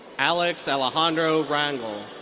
alex alejandro rangel.